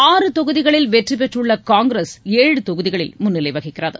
ஆறு தொகுதிகளில் வெற்றி பெற்றுள்ள காங்கிரஸ் ஏழு தொகுதிகளில் முன்னிலை வகிக்கிறது